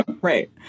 Right